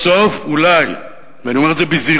וסוף-סוף אולי, ואני אומר את זה בזהירות,